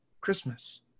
Christmas